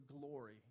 glory